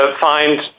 find